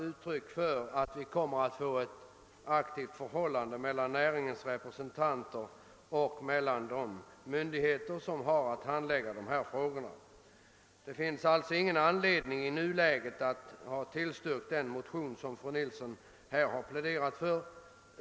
Detta innebär att vi kommer att få ett aktivt samarbete mellan näringens representanter och de myndigheter som har att handlägga dessa frågor. Det finns alltså i nuläget inget som talar för att utskottet borde ha tillstyrkt den motion som fru Nilsson nyss pläderat för.